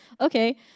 Okay